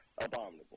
abominable